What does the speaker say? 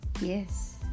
Yes